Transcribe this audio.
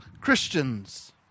Christians